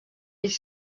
les